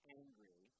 angry